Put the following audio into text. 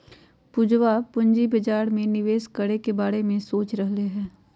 पूजवा पूंजी बाजार में निवेश करे के बारे में सोच रहले है